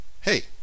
hey